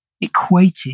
equated